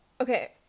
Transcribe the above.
okay